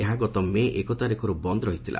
ଏହା ଗତ ମେ ଏକ ତାରିଖରୁ ବନ୍ଦ ରହିଥିଲା